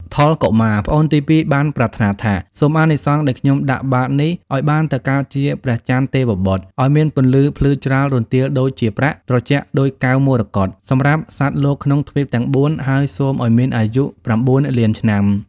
ថុល កុមារ (ប្អូនទីពីរ) បានប្រាថ្នាថា៖ "សូមអានិសង្សដែលខ្ញុំដាក់បាត្រនេះ ឱ្យបានទៅកើតជា ព្រះចន្ទទេវបុត្រ ឱ្យមានពន្លឺភ្លឺច្រាលរន្ទាលដូចជាប្រាក់ ត្រជាក់ដូចកែវមរកត សម្រាប់សត្វលោកក្នុងទ្វីបទាំង ៤ ហើយសូមឱ្យមានអាយុ ៩ លានឆ្នាំ"។